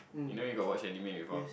you know you got watch anime before